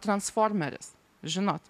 transformeris žinot